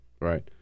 Right